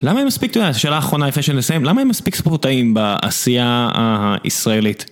למה אין מספיק, שאלה אחרונה לפני שאני אסיים, למה אין מספיק ספורטאים בעשייה הישראלית?